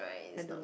I don't